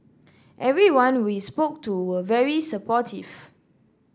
everyone we spoke to were very supportive